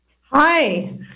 Hi